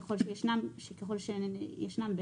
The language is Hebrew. ככל שישנם,